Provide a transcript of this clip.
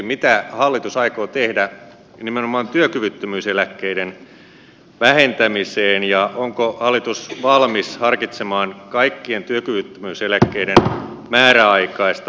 mitä hallitus aikoo tehdä nimenomaan työkyvyttömyyseläkkeiden vähentämiseksi ja onko hallitus valmis harkitsemaan kaikkien työkyvyttömyyseläkkeiden määräaikaista uudelleenarviointia